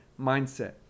mindset